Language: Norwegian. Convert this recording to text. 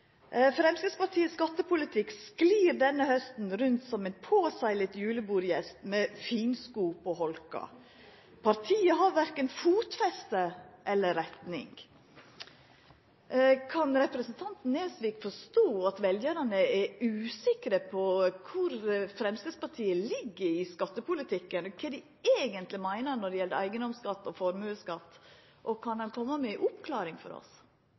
Framstegspartiet ligg i skattepolitikken, og kva dei eigentleg meiner når det gjeld eigedomsskatt og formuesskatt, og kan han koma med ei oppklaring for oss?